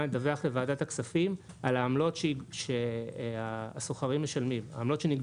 לדווח לוועדת הכספים על העמלות שהסוחרים משלמים,